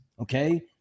okay